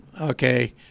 Okay